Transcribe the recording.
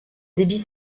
débit